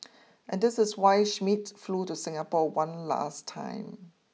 and this is why Schmidt flew to Singapore one last time